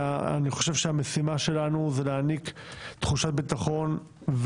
אני חושב שהמשימה שלנו היא להעניק תחושת ביטחון,